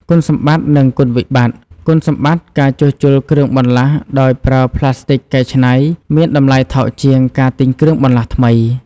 គុណសម្បត្តិ និងគុណវិបត្ត គុណសម្បត្តិការជួសជុលគ្រឿងបន្លាស់ដោយប្រើផ្លាស្ទិកកែច្នៃមានតម្លៃថោកជាងការទិញគ្រឿងបន្លាស់ថ្មី។